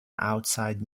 outside